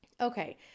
Okay